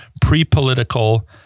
pre-political